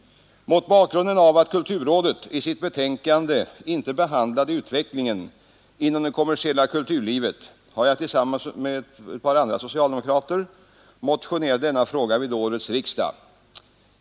Mot bakgrunden av att kulturrådet i sitt betänkande inte behandlade utvecklingen inom det kommersiella kulturlivet har jag tillsammans med ett par andra socialdemokrater motionerat i denna fråga vid årets riksdag.